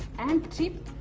and tip